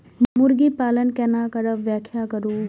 मुर्गी पालन केना करब व्याख्या करु?